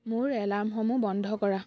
মোৰ এলাৰ্মসমূহ বন্ধ কৰা